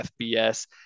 FBS